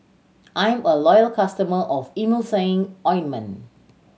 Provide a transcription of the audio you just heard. I'm a loyal customer of Emulsying Ointment